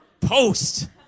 post